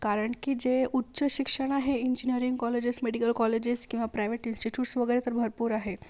कारण की जे उच्च शिक्षण आहे इंजिनियरिंग कॉलेजेस मेडिकल कॉलेजेस किंवा प्रायव्हेट इन्स्टिट्यूट्स वगैरे तर भरपूर आहे